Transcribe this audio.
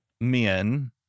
men